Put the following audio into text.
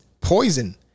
poison